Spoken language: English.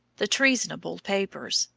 the treasonable papers,